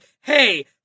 hey